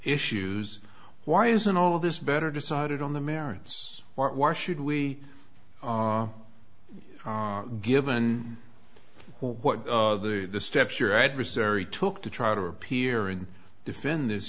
issues why isn't all this better decided on the merits why should we given what are the steps your adversary took to try to appear and defend this